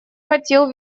хотел